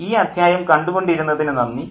ഈ അദ്ധ്യായം കണ്ടു കൊണ്ടിരുന്നതിന് നന്ദി